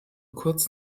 kurz